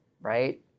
right